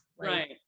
right